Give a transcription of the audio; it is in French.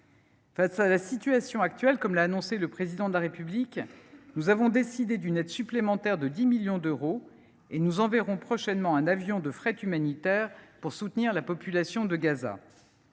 Face à la situation actuelle, comme l’a annoncé le Président de la République, nous avons décidé d’une aide supplémentaire de 10 millions d’euros et nous enverrons prochainement un avion de fret humanitaire pour soutenir la population de Gaza.